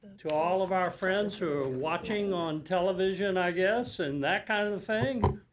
to all of our friends who watching on television, i guess, and that kind of thing,